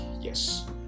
yes